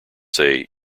say